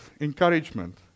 encouragement